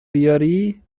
بیاری